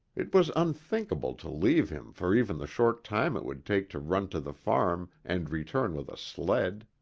it was unthinkable to leave him for even the short time it would take to run to the farm and return with a sled.